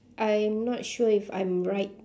I'm not sure if I'm right